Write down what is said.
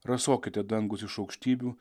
rasokite dangūs iš aukštybių